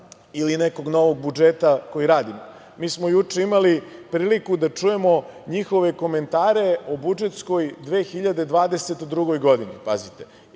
ili nekog novog budžeta koji radimo. Mi smo juče imali priliku da čujemo njihove komentare o budžetskoj 2022. godini. Pazite,